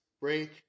break